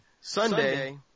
Sunday